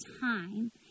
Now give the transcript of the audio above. time